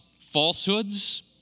falsehoods